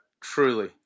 truly